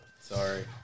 Sorry